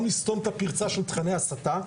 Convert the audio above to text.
גם לסתום את הפרצה של תכני הסתה,